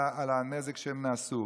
על הנזק שהם עשו.